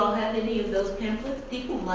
have any of those pamphlets? people